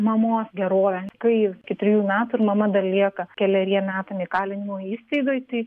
mamos gerovė kai iki trejų metų ir mama dar lieka keleriem metam įkalinimo įstaigoj tai